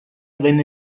venne